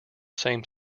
same